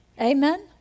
Amen